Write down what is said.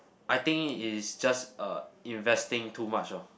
I think it is just uh investing too much lor